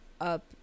up